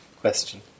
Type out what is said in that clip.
question